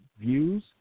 views –